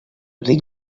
dic